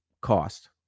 cost